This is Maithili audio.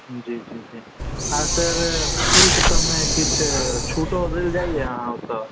जी जी जी आ सर शुल्क सबमे किछु छूटो देल जाइए अहाँ ओत्तय